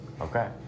Okay